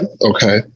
okay